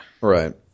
Right